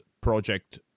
project